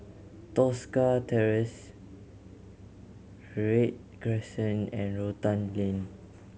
Tosca Terrace Read Crescent and Rotan Lane